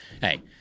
hey